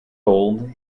old